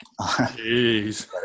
Jeez